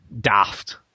daft